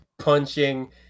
punching